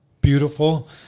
beautiful